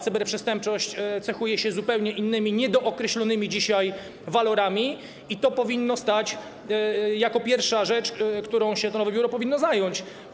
Cyberprzestępczość cechuje się zupełnie innymi, niedookreślonymi dzisiaj walorami i to powinno być pierwszą rzeczą, którą to nowe biuro powinno się zająć.